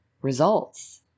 results